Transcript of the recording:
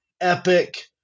epic